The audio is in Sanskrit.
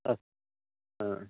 अस्तु हा